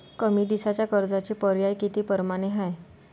कमी दिसाच्या कर्जाचे पर्याय किती परमाने हाय?